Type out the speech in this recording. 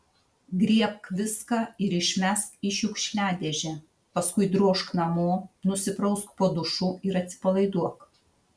griebk viską ir išmesk į šiukšliadėžę paskui drožk namo nusiprausk po dušu ir atsipalaiduok